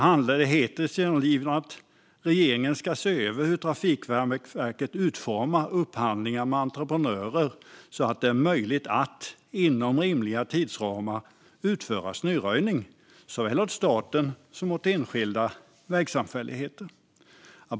Riksdagen vill att regeringen ska se över hur Trafikverket utformar upphandlingar med entreprenörer så att det är möjligt att inom rimliga tidsramar utföra snöröjning åt såväl staten som enskilda vägsamfälligheter.